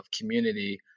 community